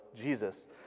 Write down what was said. Jesus